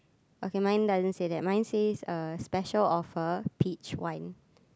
okay mine doesn't say that mine says uh special offer peach wine